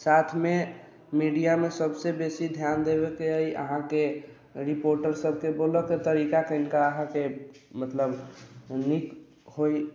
साथमे मीडियामे सभसँ बेसी ध्यान देबयके अइ अहाँके रिपोर्टरसभके बोलयके तरीका कनिका अहाँके मतलब नीक होय